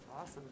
Awesome